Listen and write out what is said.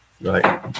Right